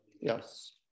Yes